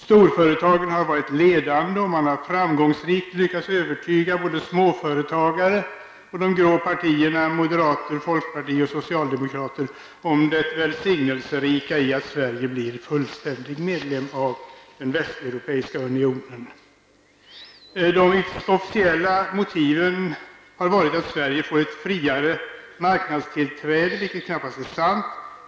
Storföretagen har varit ledande, och man har framgångsrikt lyckats övertyga både småföretagarna och de grå partierna moderater, folkpartiet och socialdemokrater om det välsignelserika i att Sverige blir fullvärdig medlem av den västeuropeiska unionen. De officiella motiven har varit att Sverige får ett friare marknadstillträde, vilket knappast är sant.